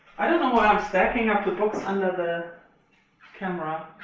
i don't know why i'm stacking up the books under the camera.